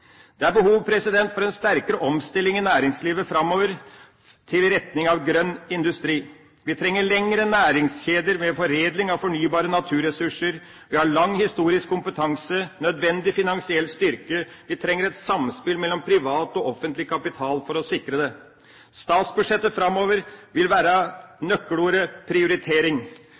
Det er behov for en sterkere omstilling i næringslivet framover i retning av grønn industri. Vi trenger lengre næringskjeder ved foredling av fornybare naturressurser. Vi har lang historisk kompetanse og nødvendig finansiell styrke. Vi trenger et samspill mellom privat og offentlig kapital for å sikre det. I statsbudsjettet framover vil nøkkelordet være prioritering.